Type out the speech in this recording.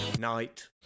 night